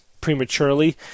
prematurely